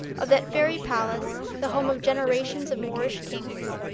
of that fairy palace, the home of generations of moorish kings,